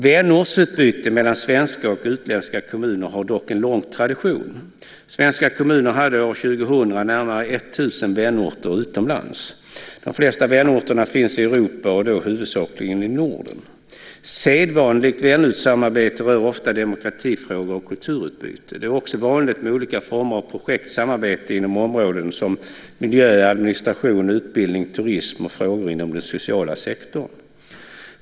Vänortsutbyte mellan svenska och utländska kommuner har dock en lång tradition. Svenska kommuner hade år 2000 närmare 1 000 vänorter utomlands. De flesta vänorterna finns i Europa och då huvudsakligen i Norden. Sedvanligt vänortssamarbete rör ofta demokratifrågor och kulturutbyte. Det är också vanligt med olika former av projektsamarbete inom områden som miljö, administration, utbildning, turism samt frågor inom den sociala sektorn.